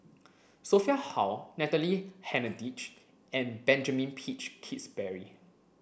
Sophia Hull Natalie Hennedige and Benjamin Peach Keasberry